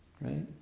right